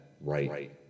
right